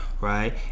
right